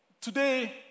today